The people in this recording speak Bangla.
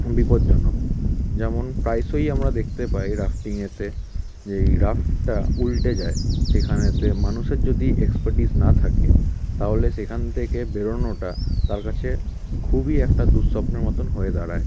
বিপজ্জনক যেমন প্রায়শই আমরা দেখতে পাই রাফটিংয়েতে যেই রাফটা উল্টে যায় সেখানেতে মানুষের যদি এক্সপার্টিস না থাকে তাহলে সেখান থেকে বেরোনোটা তার কাছে খুবই একটা দুঃস্বপ্নের মতন হয়ে দাঁড়ায়